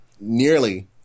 nearly